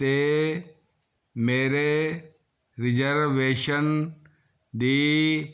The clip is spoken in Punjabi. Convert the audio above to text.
'ਤੇ ਮੇਰੇ ਰਿਜਰਵੇਸ਼ਨ ਦੀ